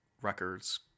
records